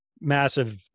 massive